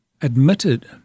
admitted